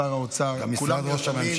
שר האוצר וכולם, גם משרד ראש הממשלה.